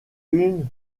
une